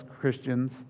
Christians